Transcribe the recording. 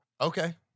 Okay